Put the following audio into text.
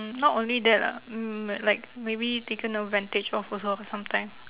mm not only that ah mm like maybe taken advantage of also sometime